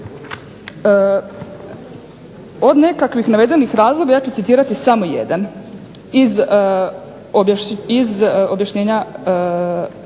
Od nekakvih navedenih razloga ja ću citirati samo jedan. Iz objašnjenja